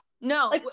No